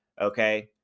Okay